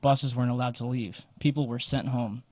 buses weren't allowed to leave people were sent home